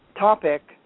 topic